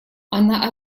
она